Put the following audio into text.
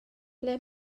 ble